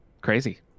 crazy